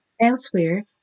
Elsewhere